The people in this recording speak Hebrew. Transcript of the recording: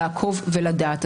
לעקוב ולדעת.